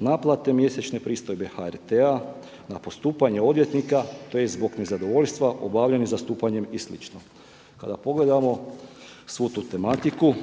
naplate mjesečne pristojbe HRT-a, na postupanje odvjetnika tj. zbog nezadovoljstva obavljenim zastupanjem i slično. Kada pogledamo svu tu tematiku